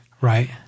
Right